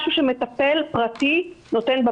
הוא מדבר רק על גדרה.